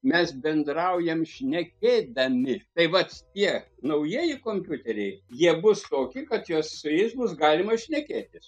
mes bendraujam šnekėdami tai vat tie naujieji kompiuteriai jie bus toki kad juos su jais bus galima šnekėtis